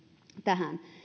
tähän